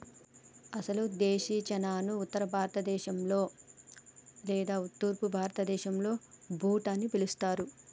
అసలు దేశీ చనాను ఉత్తర భారత దేశంలో లేదా తూర్పు భారతదేసంలో బూట్ అని పిలుస్తారు